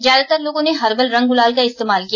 ज्यादातर लोगों ने हर्बल रंग गुलाल का इस्तेमाल किया